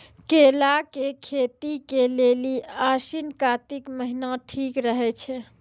केला के खेती के लेली आसिन कातिक महीना ठीक रहै छै